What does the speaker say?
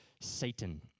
Satan